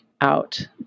out